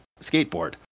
skateboard